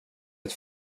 det